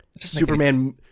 Superman